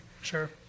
Sure